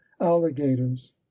alligators